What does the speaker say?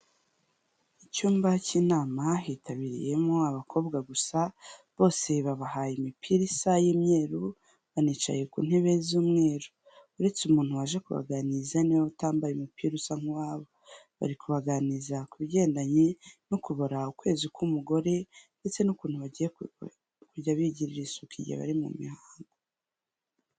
Icyumba k'inama hitabiriyemo abakobwa gusa, bose babahaye imipira isa y'imyeru banicaye ku ntebe z'umweru, uretse umuntu waje kubaganiriza ni we utambaye umupira usa nk'uwabo, bari kubaganiriza ku bigendanye no kubara ukwezi k'umugore ndetse n'ukuntu bagiye kujya bigirira isuku igihe bari mu mihango.